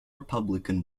republican